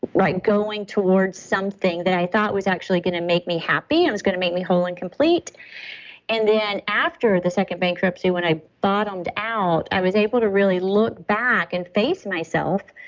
like going towards something that i thought was actually going to make me happy. it and was going to make me whole and complete and then after the second bankruptcy, when i bottomed out, i was able to really look back and face myself.